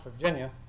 Virginia